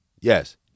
Yes